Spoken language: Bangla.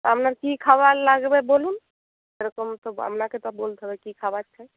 আপনার কী খাবার লাগবে বলুন সেরকম তো আপনাকে তো বলতে হবে কী খাবার চাই